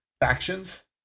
factions